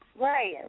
Right